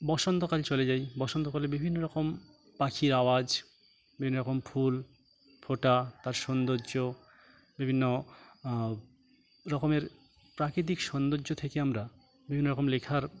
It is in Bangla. বসন্তকাল চলে যাই বসন্তকালে বিভিন্ন রকম পাখির আওয়াজ বিভিন্ন রকম ফুল ফোটা তার সোন্দর্য বিভিন্ন রকমের প্রাকৃতিক সৌন্দর্য থেকে আমরা বিভিন্ন রকম লেখার